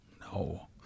No